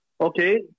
Okay